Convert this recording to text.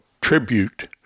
tribute